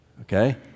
okay